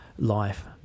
Life